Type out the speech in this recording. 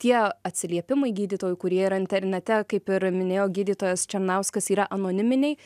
tie atsiliepimai gydytojų kurie yra internete kaip ir minėjo gydytojas černauskas yra anoniminiai